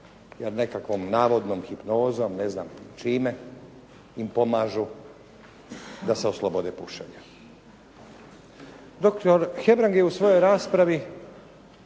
jer nekakvom navodnom hipnozom, ne znam čime im pomažu da se oslobode pušenja. Doktor Hebrang je u svojoj raspravi